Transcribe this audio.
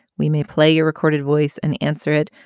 we may play your recorded voice and answer it.